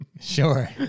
Sure